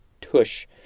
tush